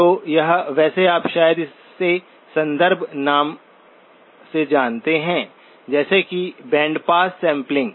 तो यह वैसे आप शायद इसे संदर्भ नाम से जानते हैं जैसे कि बैंडपास सैंपलिंग